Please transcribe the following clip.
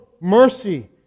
mercy